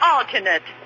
Alternate